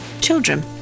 children